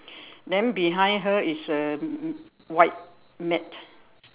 then behind her is a white mat